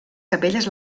capelles